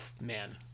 Man